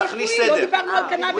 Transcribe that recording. לא דיברנו על קנאביס רפואי.